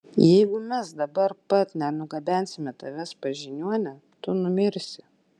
jeigu mes dabar pat nenugabensime tavęs pas žiniuonę tu numirsi